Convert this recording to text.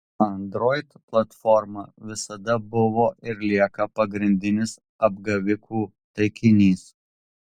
android platforma visada buvo ir lieka pagrindinis apgavikų taikinys